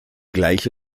gleiche